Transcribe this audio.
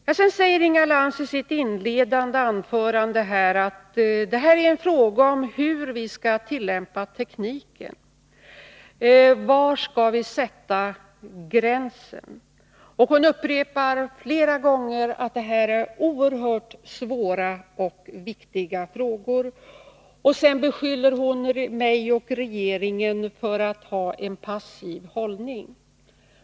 Sedan säger Inga Lantz i sitt inledningsanförande att det här är en fråga om hur vi skall tillämpa tekniken, var vi skall sätta gränsen. Hon upprepar flera gånger att det här är oerhört svåra och viktiga frågor, och sedan beskyller hon mig och regeringen för att ha en passiv hållning.